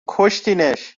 کشتینش